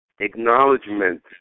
Acknowledgement